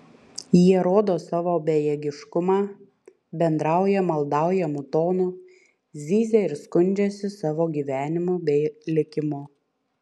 jie rodo savo bejėgiškumą bendrauja maldaujamu tonu zyzia ir skundžiasi savo gyvenimu bei likimu